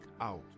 out